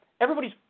everybody's